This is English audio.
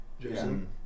Jason